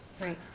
Right